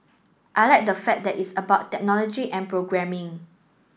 I like the fact that it's about technology and programming